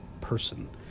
person